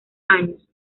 años